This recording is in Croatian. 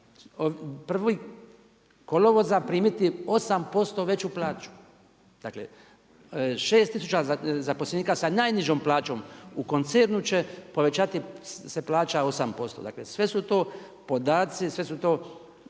01. kolovoza primiti 8% veću plaću. Dakle, 6 tisuća zaposlenika sa najnižom plaćom u koncernu će povećati se plaća 8%, dakle sve su to podaci, sve su to